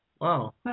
wow